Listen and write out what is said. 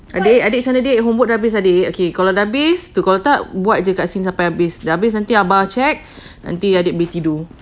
adik adik macam mana adik homework dah habis ke dik okay kalau dah habis tu kalau tak buat kasi habis dah habis nanti abah check nanti adik boleh tidur